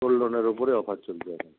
gold লোনের ওপরে offer চলছে এখন